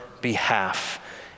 behalf